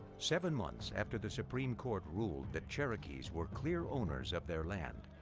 seven months after the supreme court ruled that cherokees were clear owners of their land,